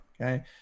Okay